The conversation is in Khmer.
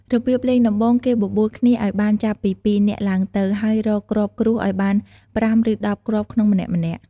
របៀបលេងដំបូងគេបបួលគ្នាឲ្យបានចាប់ពី ២ នាក់ឡើងទៅ ហើយរកគ្រាប់គ្រួសឲ្យបាន ៥ ឬ ១០ គ្រាប់ក្នុងម្នាក់ៗ។